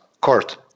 court